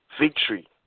Victory